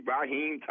Raheem